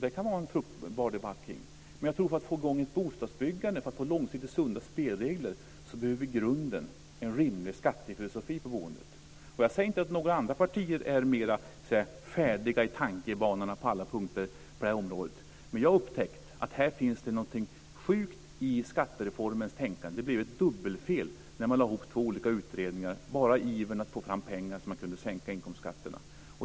Det kan vi föra en fruktbar debatt kring. Men för att få i gång ett bostadsbyggande och för att få långsiktigt sunda spelregler behöver vi i grunden en rimlig skattefilosofi för boendet. Jag säger inte att andra partier är mer färdiga i sina tankebanor på alla punkter. Men jag har upptäckt att det finns något sjukt här i skattereformens tänkande. Det blev ett dubbelfel när man lade ihop två olika utredningar, bara i ivern att få fram pengar så att man kunde sänka inkomstskatterna.